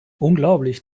unglaublich